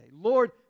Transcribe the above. Lord